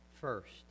first